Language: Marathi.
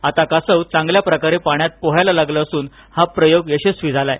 आता कासव चांगल्या प्रकारे पाण्यात पोहायला लागले असून हा प्रयोग यशस्वी झाला आहे